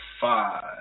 five